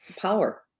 power